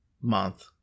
month